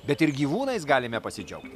bet ir gyvūnais galime pasidžiaugti